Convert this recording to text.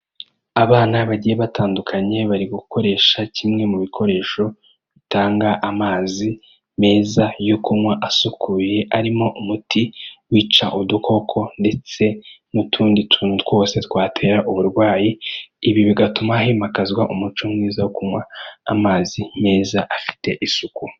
Abana bagiye batandukanye bari gukoresha kimwe mu bikoresho bitanga amazi meza yo kunywa asukuye arimo umuti wica udukoko ndetse n'utundi tuntu twose twatera uburwayi, ibi bigatuma himakazwa umuco mwiza wo kunywa amazi meza afite isuku.